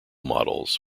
models